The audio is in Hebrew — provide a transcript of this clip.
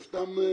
זה סתם.